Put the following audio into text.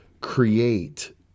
create